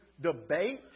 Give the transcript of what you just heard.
debate